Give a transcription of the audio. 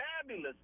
fabulous